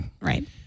right